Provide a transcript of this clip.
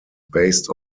based